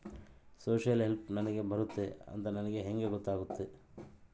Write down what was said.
Social help ನನಗೆ ಬರುತ್ತೆ ಅಂತ ನನಗೆ ಹೆಂಗ ಗೊತ್ತಾಗುತ್ತೆ?